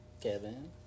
Kevin